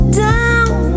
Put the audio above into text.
down